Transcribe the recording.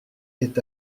est